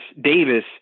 Davis